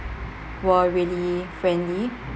were really friendly